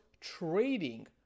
trading